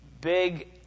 big